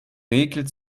räkelt